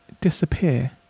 disappear